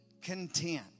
content